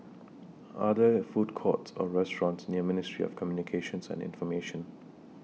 Are There Food Courts Or restaurants near Ministry of Communications and Information